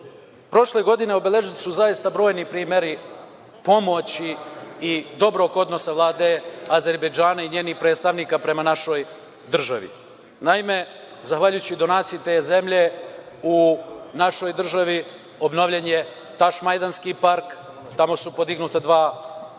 Prošle godine obeleženi su zaista brojni primeri pomoći i dobrog odnosa Vlade Azerbejdžana i njenih predstavnika prema našoj državi. Naime, zahvaljujući donaciji te zemlje u našoj državi obnovljen je Tašmajdanski park, tamo su podignuta dva velika